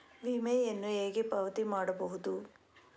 ವಿಮೆಯನ್ನು ಹೇಗೆ ಪಾವತಿ ಮಾಡಬಹುದು?